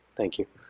thank you.